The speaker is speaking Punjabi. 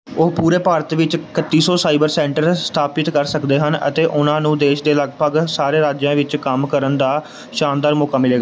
ਉਹ ਪੂਰੇ ਭਾਰਤ ਵਿੱਚ ਇਕੱਤੀ ਸੌ ਸਾਈਬਰ ਸੈਂਟਰ ਸਥਾਪਿਤ ਕਰ ਸਕਦੇ ਹਨ ਅਤੇ ਉਨ੍ਹਾਂ ਨੂੰ ਦੇਸ਼ ਦੇ ਲਗਭਗ ਸਾਰੇ ਰਾਜਾਂ ਵਿੱਚ ਕੰਮ ਕਰਨ ਦਾ ਸ਼ਾਨਦਾਰ ਮੌਕਾ ਮਿਲੇ